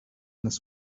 nas